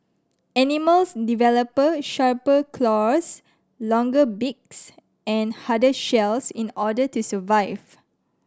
animals develop sharper claws longer beaks and harder shells in order to survive